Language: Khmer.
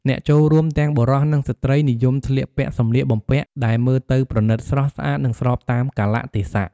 អ្នកចូលរួមទាំងបុរស និងស្ត្រី និយមស្លៀកពាក់សម្លៀកបំពាក់ដែលមើលទៅប្រណិត ស្រស់ស្អាត និងស្របតាមកាលៈទេសៈ។